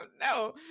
no